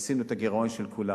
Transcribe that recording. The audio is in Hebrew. כיסינו את הגירעון של כולם.